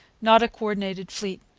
not a co-ordinated fleet.